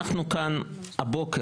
אנחנו כאן הבוקר,